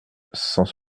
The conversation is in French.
cent